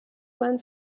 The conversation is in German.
man